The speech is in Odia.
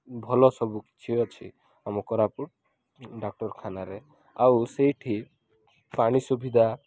ଭଲ ସବୁ କିଛି ଅଛି ଆମ କୋରାପୁଟ ଡାକ୍ଟରଖାନାରେ ଆଉ ସେଇଠି ପାଣି ସୁବିଧା